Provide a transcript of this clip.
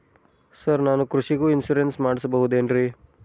Sir ನಾನು ಕೃಷಿಗೂ insurance ಮಾಡಸಬಹುದೇನ್ರಿ?